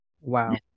Wow